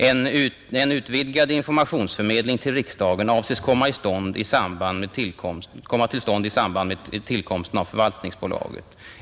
En utvidgad informationsförmedling till riksdagen avses komma till stånd i samband med tillkomsten av förvaltningsbolaget.